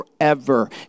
forever